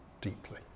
deeply